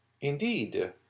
Indeed